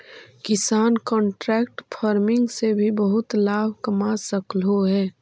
किसान contract farming से भी बहुत लाभ कमा सकलहुं हे